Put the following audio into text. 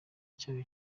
cyayo